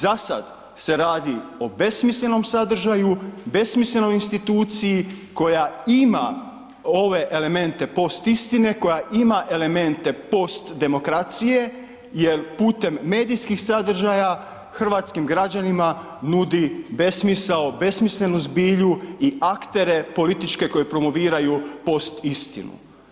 Zasad se radi o besmislenom sadržaju, besmislenoj instituciji koja ima ove elemente postistine, koja ima elemente postdemokracije jer putem medijskih sadržaja, hrvatskim građanima nudi besmisao, besmislenu zbilju i aktere političke koji promoviraju postistinu.